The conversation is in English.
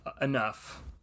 enough